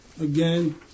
again